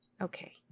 Okay